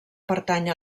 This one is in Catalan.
pertany